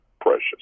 precious